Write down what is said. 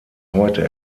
heute